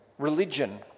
religion